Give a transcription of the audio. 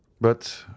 But